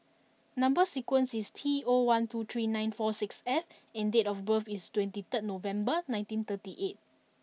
number sequence is T O one two three nine four six F and date of birth is twenty thrid November nineteen thirty eight